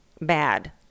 bad